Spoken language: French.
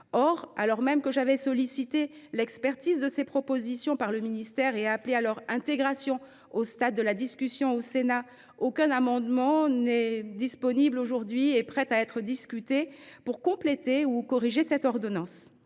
Or, alors même que j’avais sollicité l’expertise de ces propositions par le ministère et appelé à leur intégration au stade de la discussion au Sénat, aucun amendement n’est prêt à être discuté en vue de compléter ou de corriger l’ordonnance.